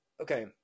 okay